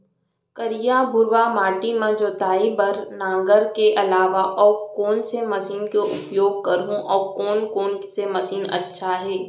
करिया, भुरवा माटी म जोताई बार नांगर के अलावा अऊ कोन से मशीन के उपयोग करहुं अऊ कोन कोन से मशीन अच्छा है?